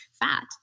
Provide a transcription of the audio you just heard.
fat